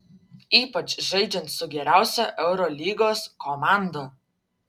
ypač žaidžiant su geriausia eurolygos komanda